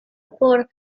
por